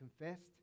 confessed